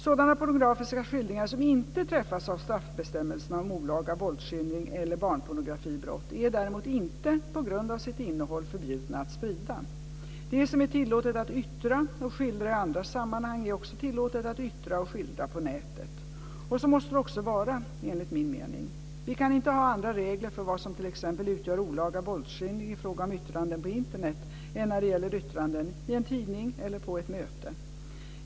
Sådana pornografiska skildringar som inte träffas av straffbestämmelserna om olaga våldsskildring eller barnpornografibrott är däremot inte, på grund av sitt innehåll, förbjudna att sprida. Det som är tillåtet att yttra och skildra i andra sammanhang är också tillåtet att yttra och skildra på nätet. Och så måste det också vara enligt min mening. Vi kan inte ha andra regler för vad som t.ex. utgör olaga våldsskildring i fråga om yttranden på Internet än när det gäller yttranden i en tidning eller på ett möte.